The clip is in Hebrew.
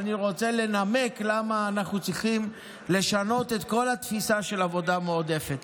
אני רוצה לנמק למה אנחנו צריכים לשנות את כל התפיסה של עבודה מועדפת.